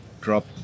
drop